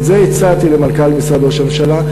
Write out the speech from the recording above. את זה הצעתי למנכ"ל משרד ראש הממשלה,